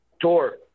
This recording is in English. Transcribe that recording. Tour